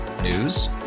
News